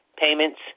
payments